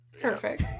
Perfect